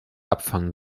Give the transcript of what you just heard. abfangen